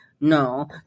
No